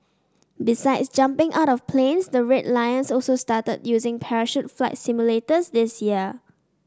besides jumping out of planes the Red Lions also started using parachute flight simulators this year